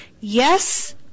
Yes